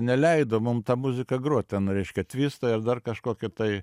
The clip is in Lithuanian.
neleido mum tą muziką grot ten reiškia tvistą ir dar kažkokį tai